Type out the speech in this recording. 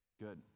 Good